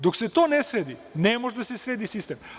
Dok se to ne sredi, ne može da se sredi sistem.